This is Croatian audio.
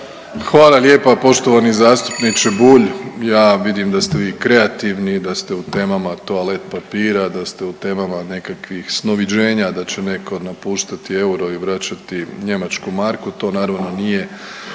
Hvala lijepa poštovani zastupniče Bulj. Ja vidim da ste vi kreativni, da ste u temama toalet papira, da ste u temama nekakvih snoviđenja da će netko napuštati euro i vraćati njemačku marku, to naravno nije